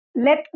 let